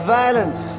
violence